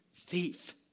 thief